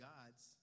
God's